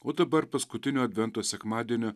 o dabar paskutinio advento sekmadienio